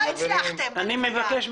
לא הצלחתם בלוויה.